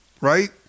Right